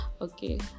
okay